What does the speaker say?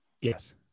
Yes